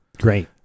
Great